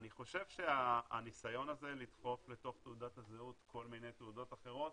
אני חושב שהניסיון הזה לדחוף לתוך תעודת הזהות כל מיני תעודות אחרות